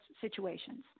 situations